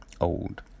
old